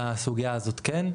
לסוגיה הזאת כן.